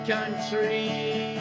Country